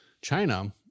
China